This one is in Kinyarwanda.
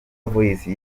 voice